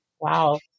wow